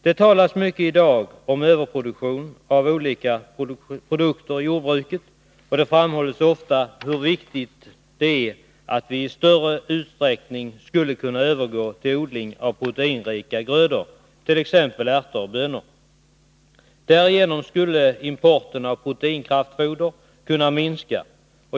Det talas i dag mycket om överproduktion av olika jordbruksprodukter. Det framhålls då ofta hur viktigt det är att vi i större utsträckning övergår till proteinrika grödor, t.ex. ärter och bönor. Därigenom skulle importen av proteinkraftfoder kunna minska.